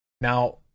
Now